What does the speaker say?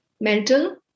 mental